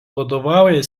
vadovauja